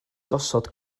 gosod